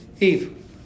Eve